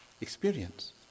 experience